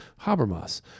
Habermas